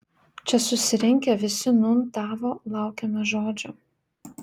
čia susirinkę visi nūn tavo laukiame žodžio